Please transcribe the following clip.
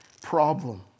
problem